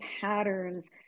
patterns